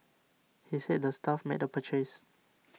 he said the staff made the purchase